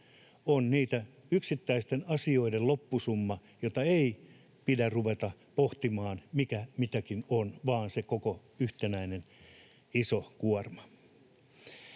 on yksittäisten asioiden loppusumma, jossa ei pidä ruveta pohtimaan, mikä on mitäkin, vaan sitä koko yhtenäistä isoa kuormaa.